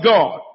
God